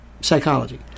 psychology